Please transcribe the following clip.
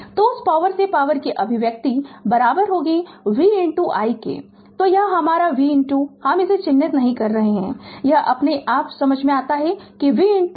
तो उस पॉवर से पॉवर की अभिव्यक्ति v i तो यह हमारा v हम इसे चिह्नित नहीं कर रहे है यह अपने आप समझ में आता है कि v i